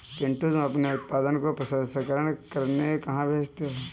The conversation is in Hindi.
पिंटू तुम अपने उत्पादन को प्रसंस्करण करने कहां भेजते हो?